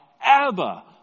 Abba